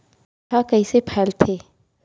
ह कइसे फैलथे?